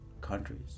countries